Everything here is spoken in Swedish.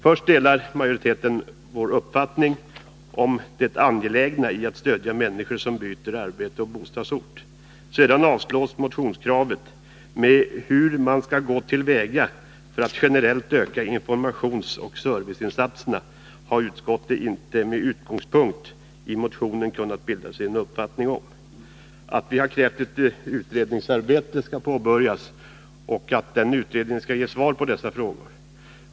Först delar majoriteten vår uppfattning om det angelägna i att stödja människor som byter arbete och bostadsort. Sedan föreslås avslag på motionskravet med följande: ”Hur man skall gå till väga för att generellt öka informationsoch serviceinsatserna har utskottet inte med utgångspunkt i motionen kunnat bilda sig en uppfattning om.” Vi har krävt att ett utredningsarbete skall påbörjas och att utredningen skall ge svar på dessa frågor.